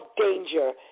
danger